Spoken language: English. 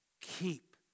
Keep